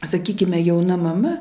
sakykime jauna mama